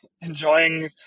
enjoying